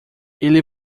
ele